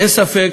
אין ספק